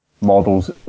models